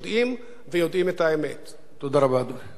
תודה רבה, אדוני.